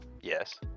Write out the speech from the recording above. yes